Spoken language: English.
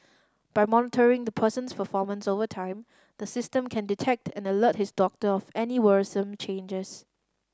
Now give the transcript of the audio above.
by monitoring the person's performance over time the system can detect and alert his doctor of any worrisome changes